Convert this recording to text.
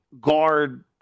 guard